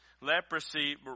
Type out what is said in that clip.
Leprosy